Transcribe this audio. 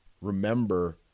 remember